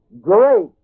great